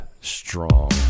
strong